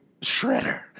Shredder